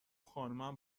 خانمم